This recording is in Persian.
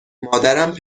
مادرم